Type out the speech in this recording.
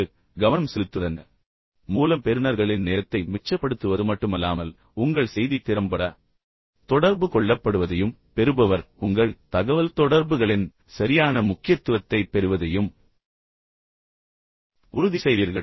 எனவே நீங்கள் கவனம் செலுத்துகிறீர்கள் இதன் மூலம் நீங்கள் பெறுநர்களின் நேரத்தை நிறைய மிச்சப்படுத்துவது மட்டுமல்லாமல் உங்கள் செய்தி திறம்பட தொடர்பு கொள்ளப்படுவதையும் பெறுபவர் உங்கள் தகவல்தொடர்புகளின் சரியான முக்கியத்துவத்தைப் பெறுவதையும் உறுதிசெய்வீர்கள்